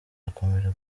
akomeje